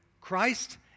Christ